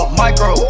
micro